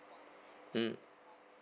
mm